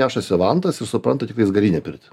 nešasi vantas ir supranta tiktais garinę pirtį